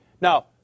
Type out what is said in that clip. Now